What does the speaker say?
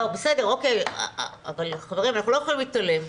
בסדר, אבל חברים, אנחנו לא יכולים להתעלם.